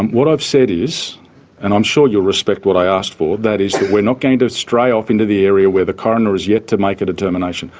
what i've said is and i'm sure you'll respect what i asked for that is that we're not going to stray off into the area where the coroner is yet to make a determination.